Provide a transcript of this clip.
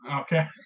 Okay